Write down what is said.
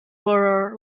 were